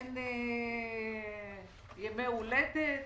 אין ימי הולדת.